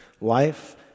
life